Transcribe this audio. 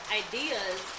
ideas